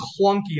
clunky